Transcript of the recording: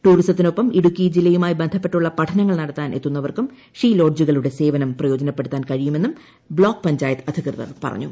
ടൂറിസത്തിനൊപ്പം ഇടുക്കി ജില്ലയുമായി ബന്ധപ്പെട്ടുള്ള പഠനങ്ങൾ നടത്താൻ എത്തുന്നവർക്കും ഷീ ലോഡ്ജുകളുടെ സേവനം പ്രയോജനപ്പെടുത്താൻ കഴിയുമെന്നും ബ്ലോക്ക് പഞ്ചായത്ത് അധികൃതർ പറഞ്ഞു